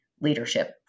leadership